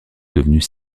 devenues